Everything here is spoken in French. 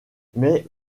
mais